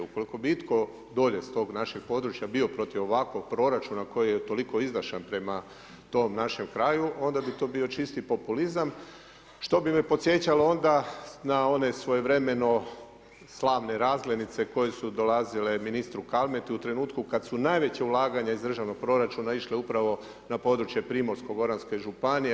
Ukoliko bi itko dolje s tog našeg područja bio protiv ovakvog proračuna koji je toliko izdašan prema tom našem kraju onda bi to bio čisti populizam što bi me podsjećalo onda na one svojevremeno slavne razglednice koje su dolazile ministru Kalmeti u trenutku kad su najveća ulaganja iz državnog proračuna išle upravo na područje Primorsko-goranske županije.